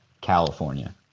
California